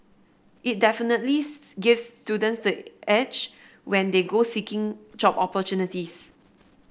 it definitely gives students the edge when they go seeking job opportunities